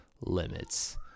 limits